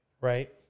right